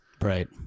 Right